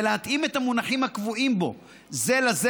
ולהתאים את המונחים הקבועים בו זה לזה